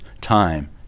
time